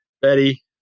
Betty